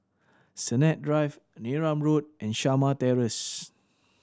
Sennett Drive Neram Road and Shamah Terrace